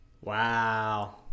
Wow